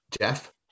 Jeff